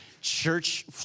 church